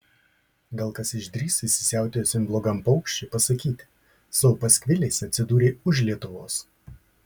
gal kas išdrįs įsisiautėjusiam blogam paukščiui pasakyti savo paskviliais atsidūrei už lietuvos